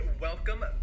Welcome